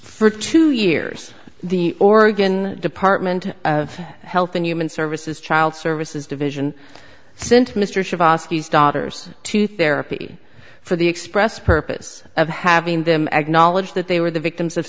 for two years the oregon department of health and human services child services division sent mr daughters to therapy for the express purpose of having them acknowledge that they were the victims of